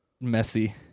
Messy